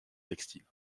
textile